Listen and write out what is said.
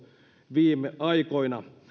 viime aikoina